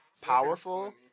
powerful